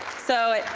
so